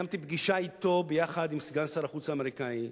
וקיימתי פגישה אתו ביחד עם סגן שר החוץ האמריקני,